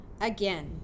again